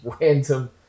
random